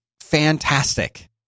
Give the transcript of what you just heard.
fantastic